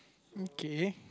okay